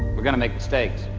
we're gonna make mistakes